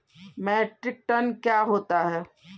Metric tonne क्या होता है?